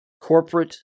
corporate